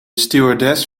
stewardess